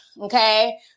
Okay